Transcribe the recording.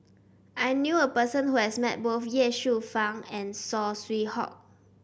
I knew a person who has met both Ye Shufang and Saw Swee Hock